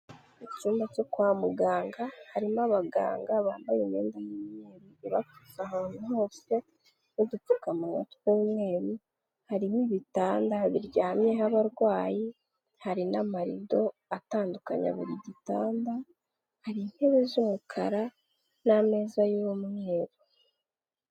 Mu cyumba cyo kwa muganga harimo abaganga bambaye imyenda y'umweru ibapfutse ahantu hose n'udupfukamunwa tw'umweru, harimo ibitanda biryamyeho abarwayi, hari n'amarido atandukanye buri gitanda, hari intebe z'umukara n'ameza y'umweru.